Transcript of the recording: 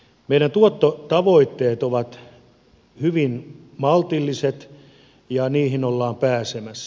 meidän tuottotavoitteet ovat hyvin maltilliset ja niihin ollaan pääsemässä